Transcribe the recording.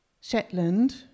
Shetland